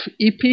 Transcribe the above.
EP